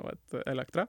vat elektra